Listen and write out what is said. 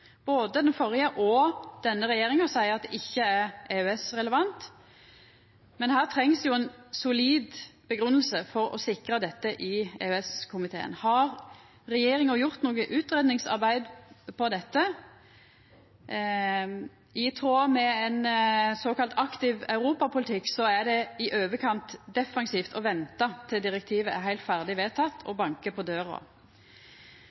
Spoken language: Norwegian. Både den førre og denne regjeringa seier det ikkje er EØS-relevant, men her trengst det ei solid grunngjeving for å sikra dette i EØS-komiteen. Har regjeringa gjort noko utgreiingsarbeid på dette? I tråd med ein såkalla aktiv europapolitikk er det i overkant defensivt å venta til direktivet er heilt ferdig